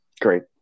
Great